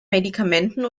medikamenten